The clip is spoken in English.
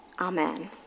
Amen